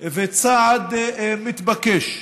ובצעד מתבקש,